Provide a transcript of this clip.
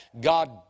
God